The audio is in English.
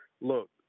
look